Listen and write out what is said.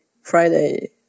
Friday